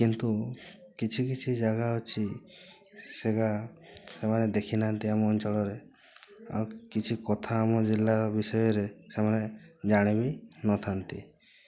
କିନ୍ତୁ କିଛି କିଛି ଜାଗା ଅଛି ସେଇଟା ସେମାନେ ଦେଖିନାହାନ୍ତି ଆମ ଅଞ୍ଚଳରେ ଆଉ କିଛି କଥା ଆମ ଜିଲ୍ଲା ବିଷୟରେ ସେମାନେ ଜାଣିବି ନଥାନ୍ତି